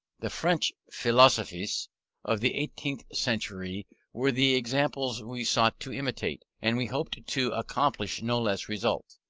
the french philosophes of the eighteenth century were the examples we sought to imitate, and we hoped to accomplish no less results.